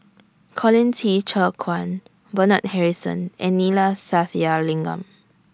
Colin Qi Zhe Quan Bernard Harrison and Neila Sathyalingam